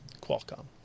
Qualcomm